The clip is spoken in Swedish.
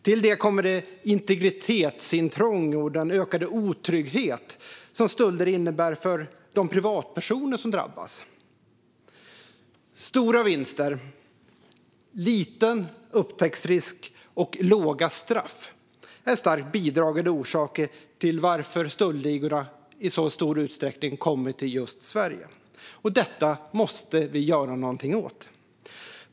Till det kommer det integritetsintrång och den ökade otrygghet som stölder innebär för de privatpersoner som drabbas. Stora vinster, liten upptäcktsrisk och låga straff är starkt bidragande orsaker till att stöldligorna kommer till just Sverige. Detta måste vi göra någonting åt.